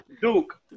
Duke